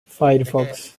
firefox